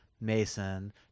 Mason